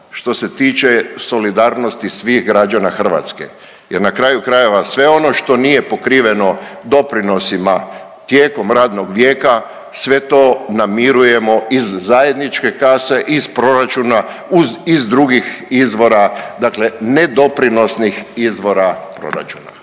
što se tiče solidarnosti svih građana Hrvatske jer na kraju krajeva, sve ono što nije pokriveno doprinosima tijekom radnog vijeka, sve to namirujemo iz zajedničke kase, iz proračuna, iz drugih izvora, dakle nedoprinosnih izbora proračuna.